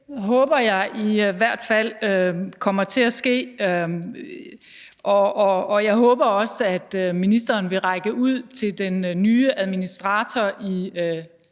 Det håber jeg i hvert fald kommer til at ske, og jeg håber også, at ministeren vil række ud til den nye administrator i